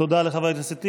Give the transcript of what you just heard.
תודה לחבר הכנסת טיבי.